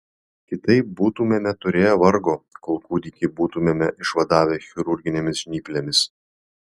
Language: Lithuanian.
kitaip būtumėme turėję vargo kol kūdikį būtumėme išvadavę chirurginėmis žnyplėmis